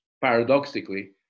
paradoxically